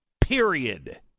Period